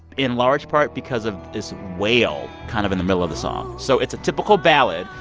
in large part because of this wail kind of in the middle of the song. so it's a typical ballad.